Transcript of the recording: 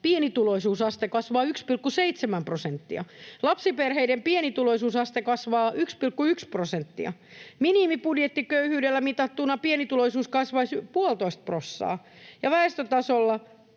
pienituloisuusaste kasvaa 1,7 prosenttia, lapsiperheiden pienituloisuusaste kasvaa 1,1 prosenttia. Minimibudjettiköyhyydellä mitattuna pienituloisuus kasvaisi puolitoista prossaa väestötasolla,